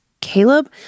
Caleb